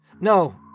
No